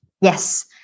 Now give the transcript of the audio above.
Yes